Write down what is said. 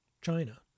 China